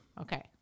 Okay